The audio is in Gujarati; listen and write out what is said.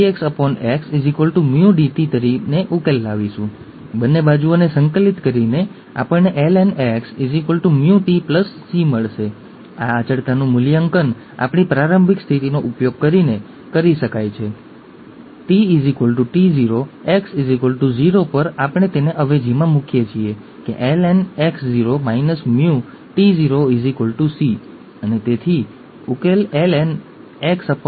સમાનધર્મી રંગસૂત્રો પર તમે જાણો છો કે તેઓ જોડીમાં અસ્તિત્વ ધરાવે છે અને તેથી આપણે ફક્ત જોડી નંબર એકની જોડીની વાત કરી છે જો ત્યાં કોઈ વધારાનો એક હોય તે ડાઉન સિન્ડ્રોમ વગેરે પરંતુ તે બે વીસ એકમ અથવા તે બે વીસ અથવા તે બે ચાલો આપણે કહીએ કે એક બે ત્રણ તે બધા સમાનધર્મી રંગસૂત્રો છે અને સમાનધર્મી રંગસૂત્રો પરના બે એલીલ્સ નક્કી કરે છે કે દરેક લક્ષણ અહીં સમકક્ષતા છે